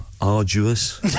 arduous